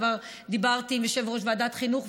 כבר אמרתי ליושב-ראש ועדת החינוך,